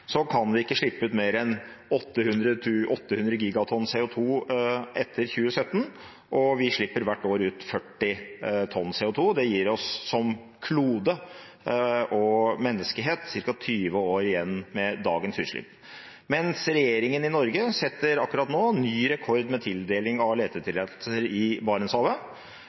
kan vi ikke slippe ut mer enn 800 gigatonn CO2 etter 2017, og vi slipper hvert år ut 40 tonn CO2. Det gir oss som klode og menneskehet ca. 20 år igjen med dagens utslipp – mens regjeringen i Norge akkurat nå setter ny rekord med tildeling av letetillatelser i Barentshavet.